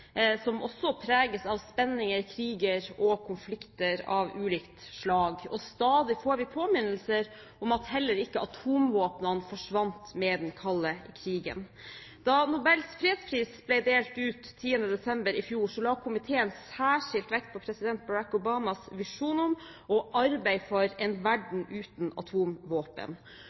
påminnelser om at heller ikke atomvåpnene forsvant med den kalde krigen. Da Nobels fredspris ble delt ut 10. desember i fjor, la komiteen særskilt vekt på president Barack Obamas visjon om og arbeid for en verden uten atomvåpen.